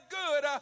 good